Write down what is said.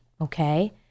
okay